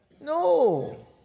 No